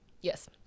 Yes